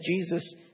Jesus